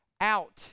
out